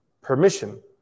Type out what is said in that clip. permission